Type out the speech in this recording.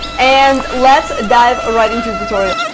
and let's dive right into the tutorial.